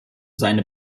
seine